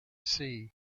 sea